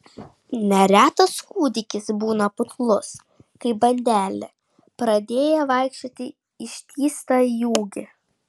neretas kūdikis būna putlus kaip bandelė pradėję vaikščioti ištįsta į ūgį